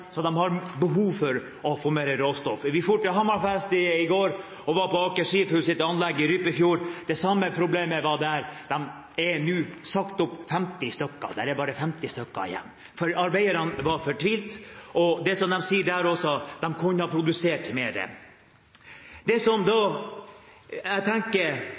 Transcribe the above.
så de har behov for å få mer råstoff. Vi reiste til Hammerfest i går og var på Aker Seafoods anlegg i Rypefjord. Det samme problemet var det der: Det er nå sagt opp 50 stykker – det er bare 50 stykker igjen. Arbeiderne var fortvilte. Som de sier der også: De kunne ha produsert mer. Fra stua mi der jeg